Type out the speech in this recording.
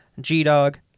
G-Dog